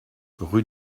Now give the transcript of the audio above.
rue